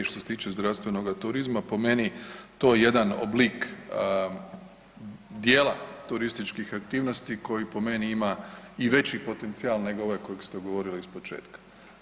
Što se tiče zdravstvenog turizma po meni to je jedan oblik djela turističkih aktivnosti koji po meni ima i veći potencijal nego ovaj kojeg ste ugovorili ispočetka.